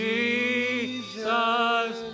Jesus